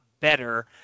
better